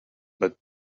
but